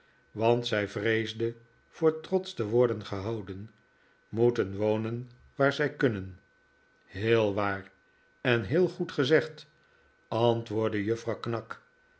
want zij vreesde voor trotsch te worden gehouden moeten wonen waar zij kunnen heel waar en heel goed gezegd antwoordde juffrouw knag